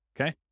Okay